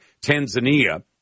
Tanzania